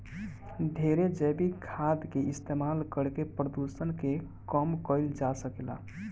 ढेरे जैविक खाद के इस्तमाल करके प्रदुषण के कम कईल जा सकेला